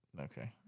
Okay